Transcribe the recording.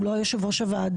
הוא לא יושב ראש הוועדה,